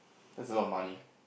that's a lot of money